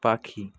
পাখি